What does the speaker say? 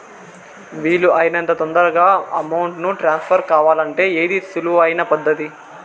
వీలు అయినంత తొందరగా అమౌంట్ ను ట్రాన్స్ఫర్ కావాలంటే ఏది సులువు అయిన పద్దతి